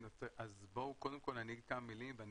קודם כל אני